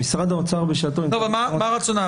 עם משרד האוצר בשעתו --- אבל מה הרציונל?